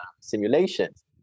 simulations